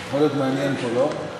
יכול להיות מעניין פה, לא?